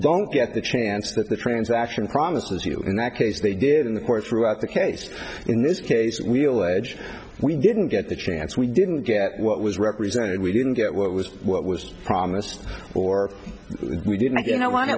don't get the chance that the transaction promises you in that case they did in the court threw out the case in this case we'll edge we didn't get the chance we didn't get what was represented we didn't get what was what was promised or we didn't you know w